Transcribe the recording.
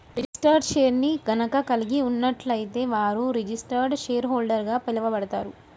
registered షేర్ని గనక కలిగి ఉన్నట్లయితే వారు రిజిస్టర్డ్ షేర్హోల్డర్గా పిలవబడతారు